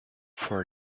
for